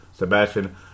Sebastian